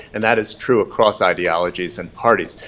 and that is true across ideologies and parties.